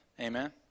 Amen